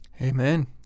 Amen